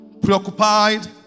preoccupied